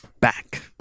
back